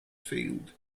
field